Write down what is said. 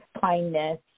kindness